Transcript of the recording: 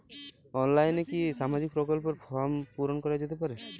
অনলাইনে কি সামাজিক প্রকল্পর ফর্ম পূর্ন করা যেতে পারে?